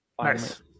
nice